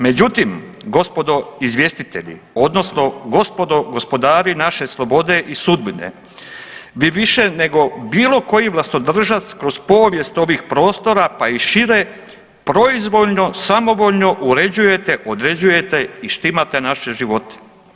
Međutim gospodo izvjestitelji odnosno gospodo gospodari naše slobode i sudbine, vi više nego bilo koji vlastodržac kroz povijest ovih prostora, pa i šire, proizvoljno i samovoljno uređujete, određujete i štimate naše živote.